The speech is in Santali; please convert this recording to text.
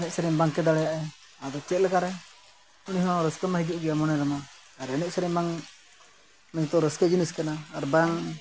ᱮᱱᱮᱡ ᱥᱮᱨᱮᱧ ᱵᱟᱝᱜᱮ ᱫᱟᱲᱮᱭᱟᱜᱼᱟᱭ ᱟᱫᱚ ᱪᱮᱫᱞᱮᱠᱟᱨᱮ ᱩᱱᱤ ᱦᱚᱸ ᱨᱟᱹᱥᱠᱟᱹ ᱢᱟ ᱦᱤᱡᱩᱜ ᱜᱮᱭᱟ ᱢᱚᱱᱮᱨᱮᱢᱟ ᱟᱨ ᱮᱱᱮᱡ ᱥᱮᱨᱮᱧ ᱵᱟᱝ ᱱᱤᱛᱳᱜ ᱨᱟᱹᱥᱠᱟᱹ ᱡᱤᱱᱤᱥ ᱠᱟᱱᱟ ᱟᱨᱵᱟᱝ